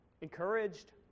encouraged